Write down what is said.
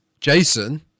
Jason